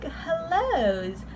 hellos